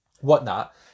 whatnot